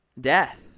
Death